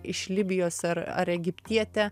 iš libijos ar ar egiptietė